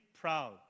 proud